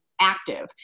active